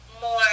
more